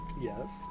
Yes